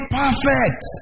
perfect